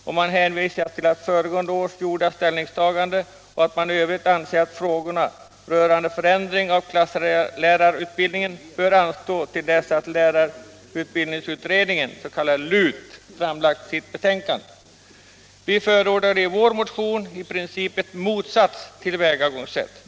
Utskottet hänvisar till sitt föregående år gjorda ställningstagande, att man i övrigt anser att frågor rörande förändring av klasslärarutbildningen bör anstå till dess att lärarutbildningsutredningen, den s.k. LUT, framlagt sitt betänkande. Vi förordade i vår motion i princip ett motsatt tillvägagångssätt.